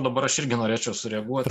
dabar aš irgi norėčiau sureaguot